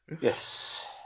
Yes